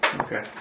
Okay